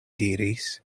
diris